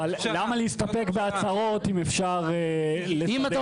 אבל למה להסתפק בהצהרות אם אפשר --- אם אתה